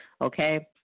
Okay